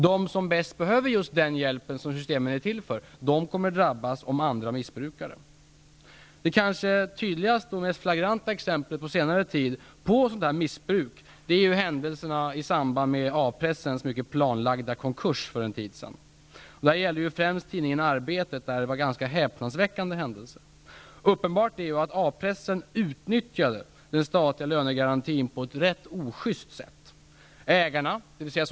De som bäst behöver den hjälp systemen är till för kommer att drabbas om andra missbrukar systemen. Det kanske tydligaste och mest flagranta exemplet på senare tid på sådant missbruk är händelserna i samband med A-pressens mycket planlagda konkurs för en tid sedan. Detta gällde främst tidningen Arbetet, där det hände ganska häpnadsväckande saker. Uppenbart är att A pressen utnyttjade den statliga lönegarantin på ett ganska ojust sätt. Ägarna -- dvs.